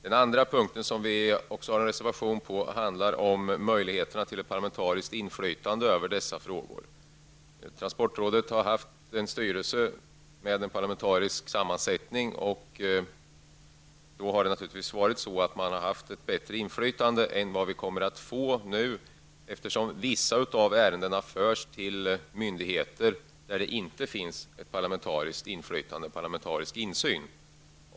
Den andra punkten som vi har reserverat oss emot handlar om möjligheten till ett parlamentariskt inflytande över dessa frågor. Transportrådets styrelse har haft en parlamentarisk sammansättning, och genom en sådan har vi naturligtvis haft ett bättre inflytande än vad vi nu kommer att få. Vissa av ärendena förs nämligen till myndigheter som saknar parlamentariskt inflytande och parlamentarisk insyn.